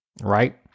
right